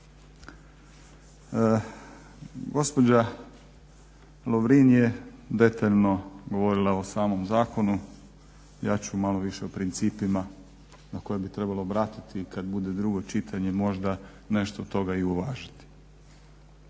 Gospođa Lovrin je detaljno govorila o samom zakonu, ja ću malo više o principima na koje bi trebalo obratiti kad bude drugo čitanje možda nešto od toga i uvažiti.